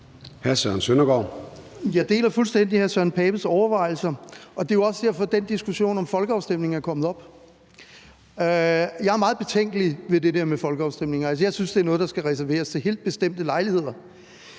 Jeg deler fuldstændig hr. Søren Pape Poulsens overvejelser, og det er jo også derfor, at den diskussion om en folkeafstemning er kommet op. Jeg er meget betænkelig ved det der med folkeafstemninger. Altså, jeg synes, det er noget, der skal reserveres til helt bestemte lejligheder.